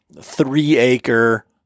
three-acre